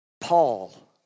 Paul